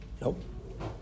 Nope